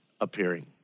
appearing